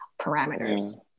parameters